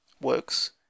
Works